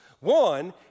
One